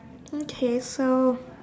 okay so